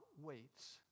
waits